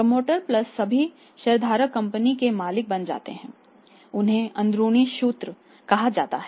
promoter plus सभी शेयरधारक company के मालिक बन जाते हैं उन्हें अंदरूनी सूत्र कहा जाता है